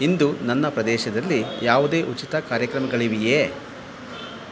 ಇಂದು ನನ್ನ ಪ್ರದೇಶದಲ್ಲಿ ಯಾವುದೇ ಉಚಿತ ಕಾರ್ಯಕ್ರಮಗಳಿವೆಯೇ